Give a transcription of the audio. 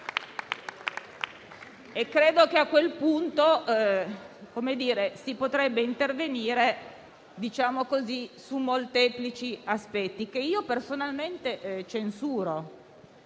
Credo che, a quel punto, si potrebbe intervenire su molteplici aspetti, che personalmente censuro